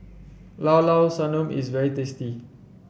Llao Llao Sanum is very tasty